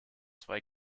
zwei